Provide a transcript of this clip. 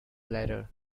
letter